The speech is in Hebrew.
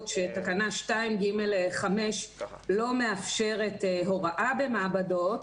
שתקנה 2(ג)5 לא מאפשרת הוראה במעבדות,